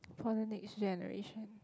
for the next generation